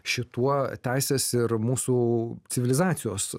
šituo teisės ir mūsų civilizacijos